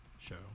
show